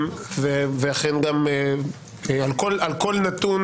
ואכן על כל נתון